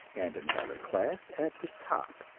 and another class at the top.